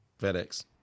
FedEx